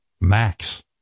Max